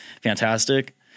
fantastic